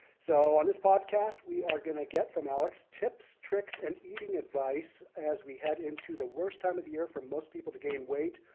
so on this podcast we are going to get from alex tips, tricks and eating advice advice as we head into the worst time of the year for most people to gain weight.